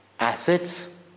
assets